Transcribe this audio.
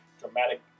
dramatic